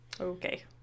Okay